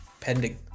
Pending